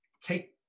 take